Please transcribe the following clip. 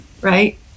right